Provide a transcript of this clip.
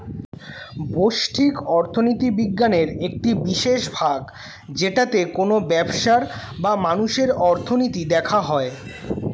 ব্যষ্টিক অর্থনীতি বিজ্ঞানের একটি বিশেষ ভাগ যেটাতে কোনো ব্যবসার বা মানুষের অর্থনীতি দেখা হয়